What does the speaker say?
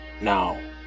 now